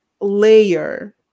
layer